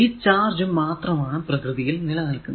ഈ ചാർജ് മാത്രമാണ് പ്രകൃതിയിൽ നിലനിൽക്കുന്നത്